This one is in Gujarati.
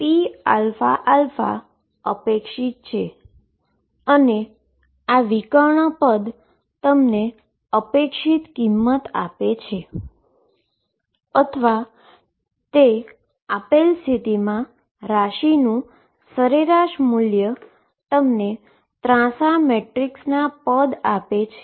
તેથી pαα એક્સપેક્ટેશન છે અને આ ડાયાગોનલ એલીમેન્ટ તમને એક્સપેક્ટેશન વેલ્યુ આપે છે અથવા તે આપેલ સ્થિતિમાં ક્વોન્ટીટીનું એવરેજ વેલ્યુ તમને ક્રોસ મેટ્રિક્સ એલીમેન્ટ આપે છે